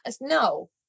no